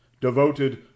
Devoted